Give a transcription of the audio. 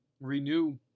renew